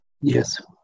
Yes